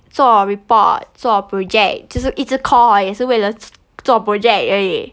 做 report 做 project 就是一直 call 也是为了做 project 而已